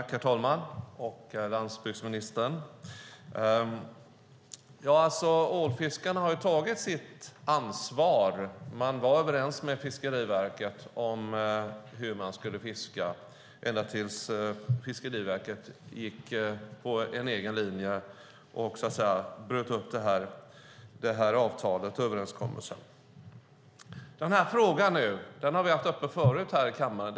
Herr talman! Ålfiskarna har ju tagit sitt ansvar, landsbygdsministern. Man var överens med Fiskeriverket om hur man skulle fiska ända tills Fiskeriverket gick på en egen linje och så att säga bröt upp överenskommelsen. Den här frågan har vi haft uppe förut i kammaren.